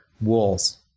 walls